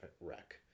wreck